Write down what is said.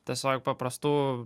tiesiog paprastų